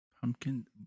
Pumpkin